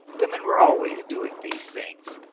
women were always doing these things.